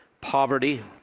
poverty